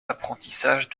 l’apprentissage